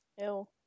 Ew